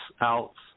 outs